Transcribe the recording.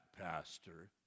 pastor